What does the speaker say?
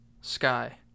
sky